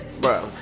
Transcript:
bro